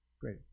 Great